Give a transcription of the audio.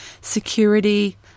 security